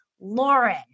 Lauren